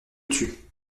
tut